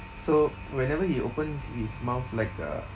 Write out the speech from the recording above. so whenever he opens his mouth like uh